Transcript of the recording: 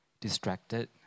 distracted